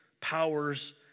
powers